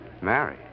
Marry